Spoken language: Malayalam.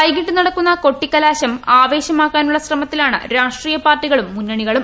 വൈകിട്ട് നടക്കുന്ന കൊട്ടിക്കലാശം ആവേശമാക്കാനുള്ള ശ്രമത്തിലാണ് രാഷ്ട്രീയ പാർട്ടികളും മുന്നണികളും